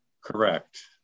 Correct